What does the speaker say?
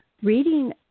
reading